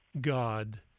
God